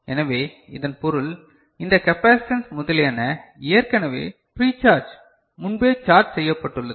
எனவே இதன் பொருள் இந்த கெபாசிடன்ஸ் முதலியன ஏற்கனவே ப்ரீ சார்ஜ் முன்பே சார்ஜ் செய்யப்பட்டுள்ளது